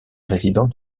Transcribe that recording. résidents